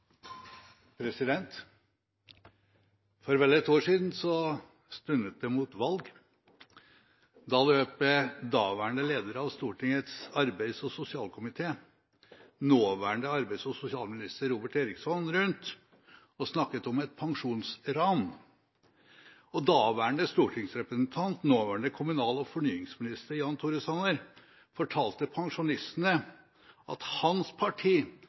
For vel et år siden stundet det mot valg. Da løp daværende leder av Stortingets arbeids- og sosialkomité, nåværende arbeids- og sosialminister, Robert Eriksson rundt og snakket om et pensjonsran. Daværende stortingsrepresentant, nåværende kommunal- og fornyingsminister, Jan Tore Sanner fortalte pensjonistene at hans parti